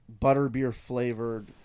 butterbeer-flavored-